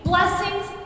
blessings